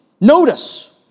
Notice